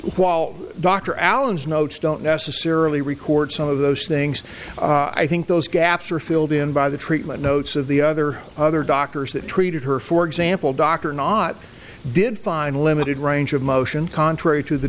while dr allen's notes don't necessarily record some of those things i think those gaps are filled in by the treatment notes of the other other doctors that treated her for example dr not did find a limited range of motion contrary to the